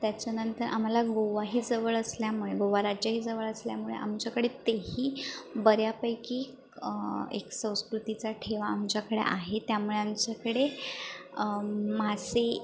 त्याच्यानंतर आम्हाला गोवाही जवळ असल्यामुळे गोवा राज्यही जवळ असल्यामुळे आमच्याकडे तेही बऱ्यापैकी एक संस्कृतीचा ठेवा आमच्याकडे आहे त्यामुळे आमच्याकडे मासे